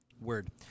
word